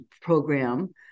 program